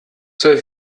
soll